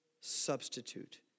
substitute